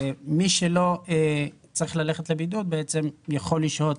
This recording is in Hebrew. מי שלא צריך ללכת לבידוד בעצם יכול לשהות